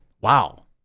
Wow